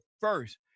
first